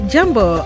Jumbo